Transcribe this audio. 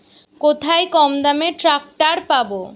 কোথায় কমদামে ট্রাকটার পাব?